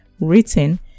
written